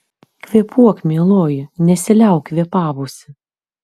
kvėpuok mieloji nesiliauk kvėpavusi